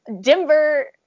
Denver